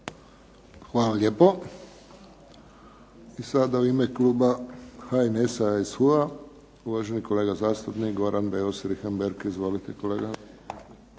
Hvala lijepo. I sada u ime kluba HNS-a i HSU-a uvaženi kolega zastupnik Goran Beus Richembergh. Izvolite kolega.